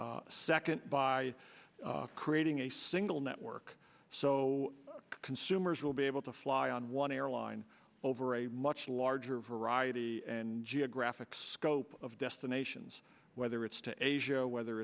second by creating a single network so consumers will be able to fly on one airline over a much larger variety and geographic scope of destinations whether it's to asia whether